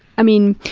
i mean,